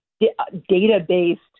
data-based